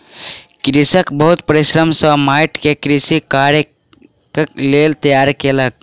कृषक बहुत परिश्रम सॅ माइट के कृषि कार्यक लेल तैयार केलक